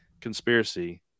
conspiracy